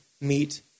meet